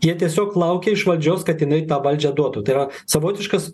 jie tiesiog laukia iš valdžios kad jinai tą valdžią duotų tai yra savotiškas